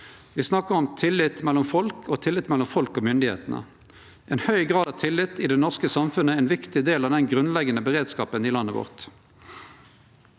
Me snakkar om tillit mellom folk og tillit mellom folk og myndigheitene. Ein høg grad av tillit i det norske samfunnet er ein viktig del av den grunnleggjande beredskapen i landet vårt.